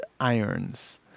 Irons